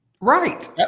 Right